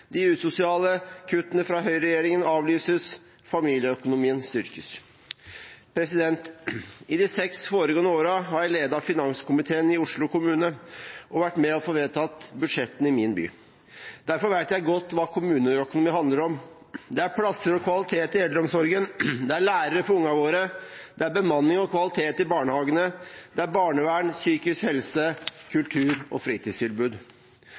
de usosiale kuttene fra høyreregjeringen avlyses, og familieøkonomien styrkes. I de seks foregående årene har jeg ledet finanskomiteen i Oslo kommune og vært med på å få vedtatt budsjettene i min by. Derfor vet jeg godt hva kommuneøkonomi handler om – det er plasser og kvalitet i eldreomsorgen, det er lærere for ungene våre, det er bemanning og kvalitet i barnehagene, det er barnevern, psykisk helse og kultur- og fritidstilbud.